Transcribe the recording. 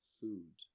food